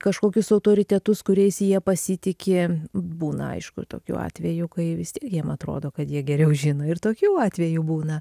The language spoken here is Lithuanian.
kažkokius autoritetus kuriais jie pasitiki būna aišku ir tokių atvejų kai vis tiek jiem atrodo kad jie geriau žino ir tokių atvejų būna